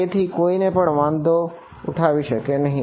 તેથી કોઈને પણ વાંધો ઉઠાવી શકે નહિ